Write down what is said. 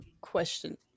Question